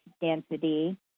density